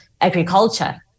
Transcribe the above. agriculture